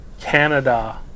Canada